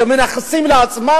שמנכסים לעצמם,